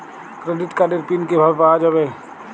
Credit কার্ডের PIN কিভাবে পাওয়া যাবে?